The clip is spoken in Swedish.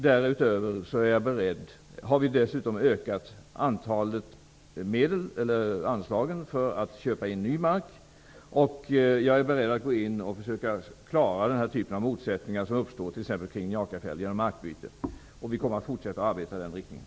Därutöver har vi ökat anslagen för inköp av ny mark. Jag är beredd att gå in och genom markbyte försöka klara de motsättningar som har uppstått kring t.ex. Njakafjäll. Och vi kommer att fortsätta att arbeta i den riktningen.